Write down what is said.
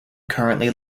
currently